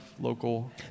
local